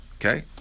Okay